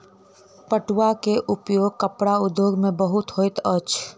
पटुआ के उपयोग कपड़ा उद्योग में बहुत होइत अछि